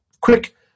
quick